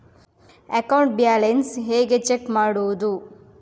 Account balance ಹೇಗೆ check ಮಾಡುವುದು?